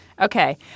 Okay